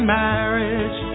marriage